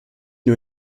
nur